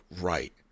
right